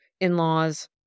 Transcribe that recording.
in-laws